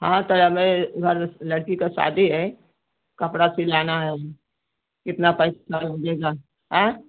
हाँ तो लड़की की शादी है कपड़ा सिलाना है कितना पैसा लगेगा आई